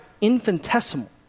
infinitesimal